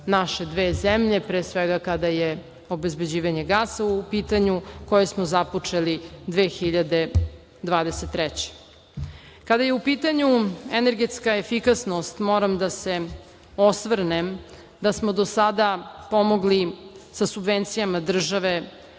naše dve zemlje, pre svega kada je obezbeđivanje gasa u pitanju koje smo započeli 2023. godine. Kada je u pitanju energetska efikasnost, moram da se osvrnem da smo do sada pomogli sa subvencijama država